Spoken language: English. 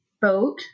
boat